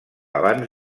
abans